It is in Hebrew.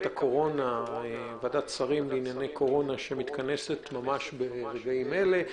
הקורונה ועדת שרים לענייני קורונה שמתכנסת ממש ברגעים אלה.